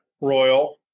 Royal